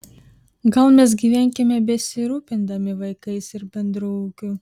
gal mes gyvenkime besirūpindami vaikais ir bendru ūkiu